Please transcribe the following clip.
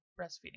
breastfeeding